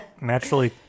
Naturally